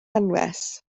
anwes